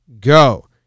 go